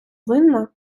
винна